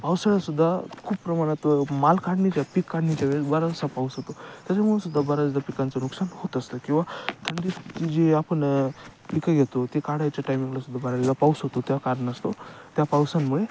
पावसाळ्यातसुद्धा खूप प्रमाणात माल काढणी त्या पीक काढणीच्या वेळेस बराचसा पाऊस होतो त्याच्यामुळं सुद्धा बऱ्याचदा पिकांचं नुकसान होत असतं किंवा थंडीत जी जी आपण पिकं घेतो ते काढायच्या टायमिंगलासुद्धा बऱ्याचदा पाऊस होतो त्या कारणास्तव त्या पावसामुळे